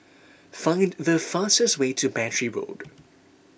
find the fastest way to Battery Road